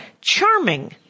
charming